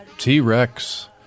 T-Rex